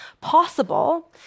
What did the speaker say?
possible